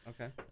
okay